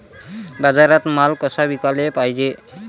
बाजारात माल कसा विकाले पायजे?